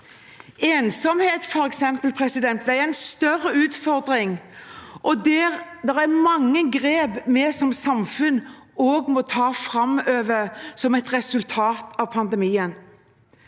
ensomhet en større utfordring, og der er det mange grep vi som samfunn må ta framover, som et resultat av pandemien.